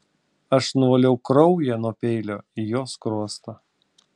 aš nuvaliau kraują nuo peilio į jo skruostą